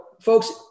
folks